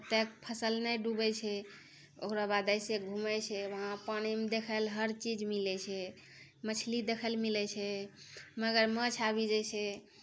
कत्तेके फसल नहि डुबै छै ओकरा बाद एहिसँ घुमै छै वहाँ पानिमे देखैले हर चीज मिलै छै मछली देखैले मिलै छै मगरमच्छ आबि जाइ छै